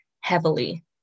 heavily